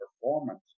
performance